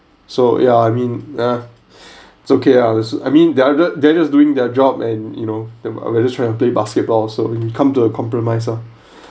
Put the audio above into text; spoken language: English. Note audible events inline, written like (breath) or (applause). so ya I mean nah (breath) it's okay ah this I mean they're just they're just doing their job and you know we're just trying to play basketball so we come to a compromise ah (breath)